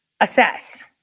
assess